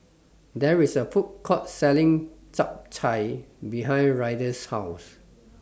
There IS A Food Court Selling Chap Chai behind Ryder's House